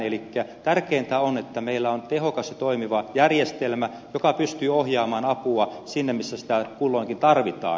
elikkä tärkeintä on että meillä on tehokas ja toimiva järjestelmä joka pystyy ohjaamaan apua sinne missä sitä kulloinkin tarvitaan